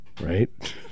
right